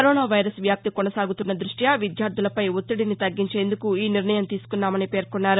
corona virus వ్యాప్తి కొనసాగుతున్న దృష్ట్యి విద్యార్దులపై ఒత్తిడిని తగ్గించేందుకు ఈ నిర్ణయం తీసుకున్నామని పేర్కొన్నారు